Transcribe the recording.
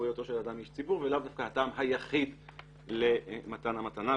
היותו של אדם איש ציבור ולאו דווקא הטעם היחיד למתן המתנה,